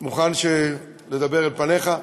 מוכן לדבר אל פניך,